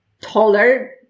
taller